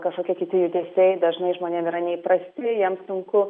kažkokie kiti judesiai dažnai žmonėm yra neįprasti jiem sunku